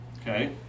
Okay